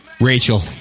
Rachel